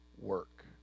work